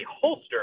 holster